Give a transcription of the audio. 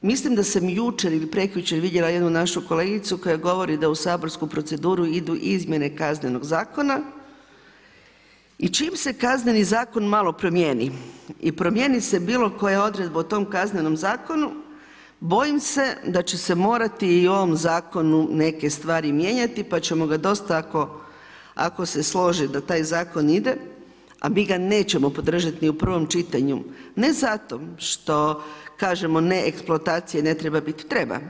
Mislim da sam jučer ili prekjučer vidjela jednu našu kolegicu koja govori da u saborsku proceduru idu izmjene Kaznenog zakona i čim se Kazneni zakon malo promijeni i promijeni se bilo koja odredba u tom Kaznenom zakonu bojim se da će se morati i u ovom zakonu neke stvari mijenjati pa ćemo ga dosta ako se slože da taj zakon ide, a mi ga nećemo podržati ni u prvom čitanju, ne zato što kažemo ne eksploataciji ne treba biti, treba.